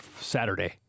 saturday